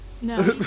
No